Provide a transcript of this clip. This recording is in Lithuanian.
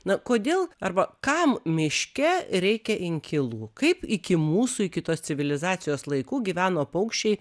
na kodėl arba kam miške reikia inkilų kaip iki mūsų iki tos civilizacijos laikų gyveno paukščiai